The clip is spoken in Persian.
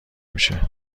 میشه